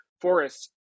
forests